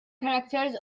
characters